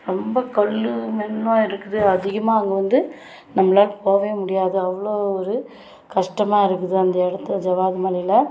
ரொம்ப கல் மண்ணாக இருக்குது அதிகமாக அங்கே வந்து நம்மளால் போகவே முடியாது அவ்வளோ ஒரு கஸ்டமாக இருக்குது அந்த இடத்துல ஜவ்வாது மலையில்